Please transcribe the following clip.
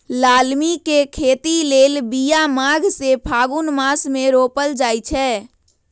लालमि के खेती लेल बिया माघ से फ़ागुन मास मे रोपल जाइ छै